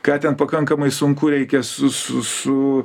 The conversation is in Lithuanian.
ką ten pakankamai sunku reikia su su su